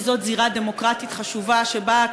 כי זאת זירה דמוקרטית חשובה שבה,